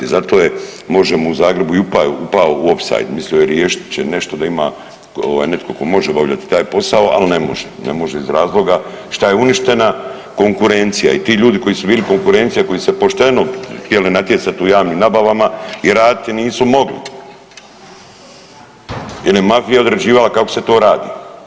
Zato je Možemo! u Zagrebu i upao u ofsajd, mislio je riješit će nešto da ima netko tko može obavljati taj posao, ali ne može, ne može iz razloga što je uništena konkurencija i tu ljudi koji su bili konkurencija, koji su se pošteno htjeli natjecati u javnim nabavama i raditi, nisu mogli jer je mafija određivala kako se to radi.